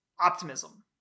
optimism